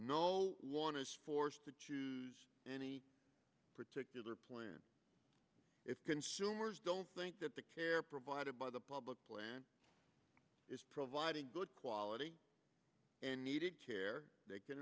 no one is forced to choose any particular plan if consumers don't think that the care provided by the public plan is providing good quality and needed care they can